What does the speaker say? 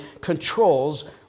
controls